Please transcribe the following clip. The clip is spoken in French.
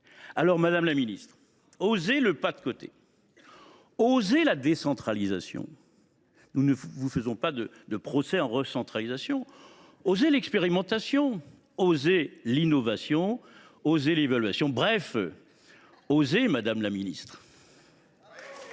progrès. Madame la ministre, osez le pas de côté ; osez la décentralisation – nous ne vous faisons pas de procès en recentralisation ; osez l’expérimentation ; osez l’innovation ; osez l’évaluation. Bref, osez ! Excellent